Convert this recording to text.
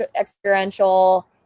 experiential